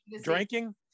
drinking